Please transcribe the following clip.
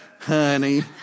Honey